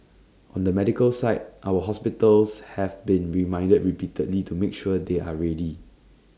on the medical side our hospitals have been reminded repeatedly to make sure they are ready